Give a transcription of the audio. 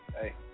Hey